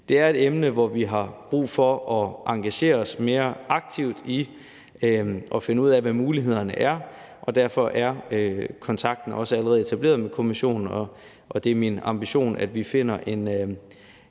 Det er et emne, hvor vi har brug for at engagere os mere aktivt i at finde ud af, hvad mulighederne er. Derfor er kontakten også allerede etableret med Kommissionen, og det er min ambition, at vi finder en